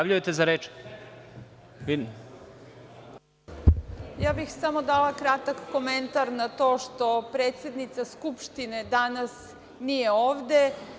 Dala bih samo kratak komentar na to što predsednica Skupštine danas nije ovde.